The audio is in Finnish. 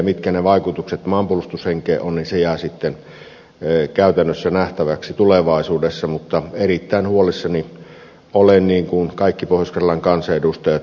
mitkä ne vaikutukset maanpuolustushenkeen ovat se jää sitten käytännössä nähtäväksi tulevaisuudessa mutta erittäin huolissani olen niin kuin kaikki pohjois karjalan kansanedustajat